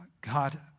God